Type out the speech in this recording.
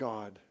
God